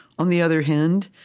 on the other hand,